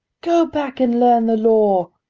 go back and learn the law.